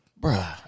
bruh